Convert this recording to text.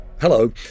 Hello